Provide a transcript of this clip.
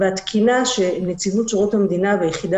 והתקינה שנציבות שירות המדינה והיחידה